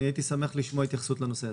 הייתי שמח לשמוע התייחסות לנושא הזה.